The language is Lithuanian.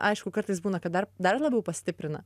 aišku kartais būna kad dar dar labiau pastiprina